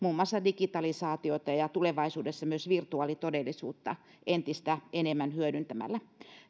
muun muassa digitalisaatiota ja ja tulevaisuudessa myös virtuaalitodellisuutta entistä enemmän hyödyntämällä